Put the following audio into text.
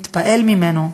מתפעל ממנו,